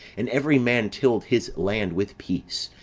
and every man tilled his land with peace,